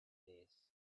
these